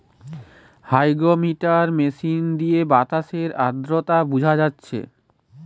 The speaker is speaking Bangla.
হাইগ্রমিটার মেশিন দিয়ে বাতাসের আদ্রতার মাত্রা বুঝা যাচ্ছে